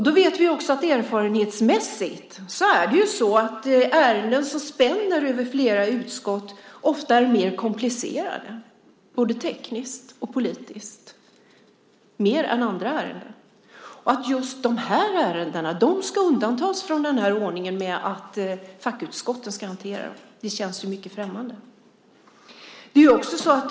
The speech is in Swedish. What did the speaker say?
Vi vet erfarenhetsmässigt att ärenden som spänner över flera utskott ofta är mer komplicerade både tekniskt och politiskt, mer än andra ärenden. Att just de här ärendena ska undantas från ordningen med att fackutskotten ska hantera dem känns mycket främmande.